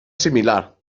similar